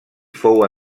fou